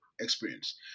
experience